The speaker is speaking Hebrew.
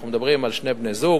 אנחנו מדברים על שני בני-זוג